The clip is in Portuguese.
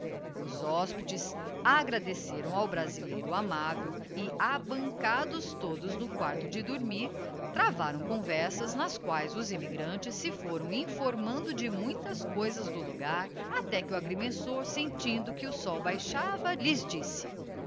os hospedes agradeceram ao brasileiro amável e abancados todos nr quarto de dormir travaram conversas nas quaeí os immigrantes se foram informando de muita coisas do logar até que o agrimensor sentindo que o sol baixava lhes disse